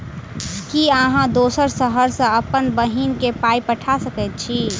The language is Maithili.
की अहाँ दोसर शहर सँ अप्पन बहिन केँ पाई पठा सकैत छी?